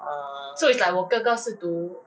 uh